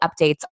updates